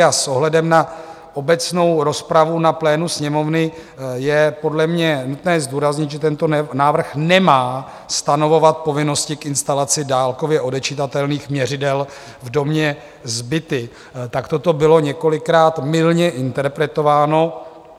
S ohledem na obecnou rozpravu na plénu Sněmovny je podle mě nutné zdůraznit, že tento návrh nemá stanovovat povinnosti k instalaci dálkově odečitatelných měřidel v domě s byty takto to bylo několikrát mylně interpretováno.